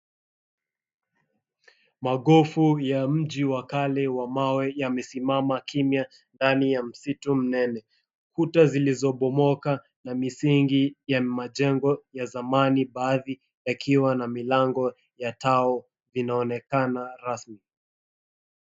Magofu ya mji wa kale wa mawe yamesimama kimya ndani ya msitu mnene. Kuta zilizobomoka na misingi ya majengo ya zamani baadhi yakiwa na mlango ya tao inaonekana rasmi.